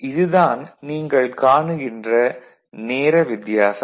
இது தான் நீங்கள் காண்கின்ற நேர வித்தியாசம்